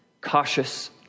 cautious